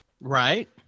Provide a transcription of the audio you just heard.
Right